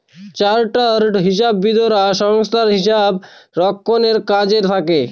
chartered হিসাববিদরা সংস্থায় হিসাব রক্ষণের কাজে থাকে